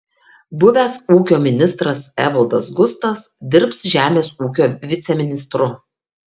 buvęs ūkio ministras evaldas gustas dirbs žemės ūkio viceministru